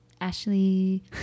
Ashley